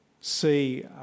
see